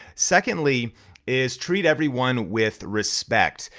secondly is treat everyone with respect.